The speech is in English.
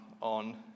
on